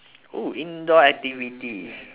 oo indoor activities